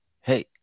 Hey